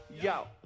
yo